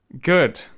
Good